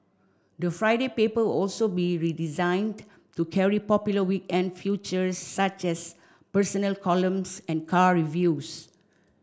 the Friday paper also be redesigned to carry popular weekend feature such as personal columns and car reviews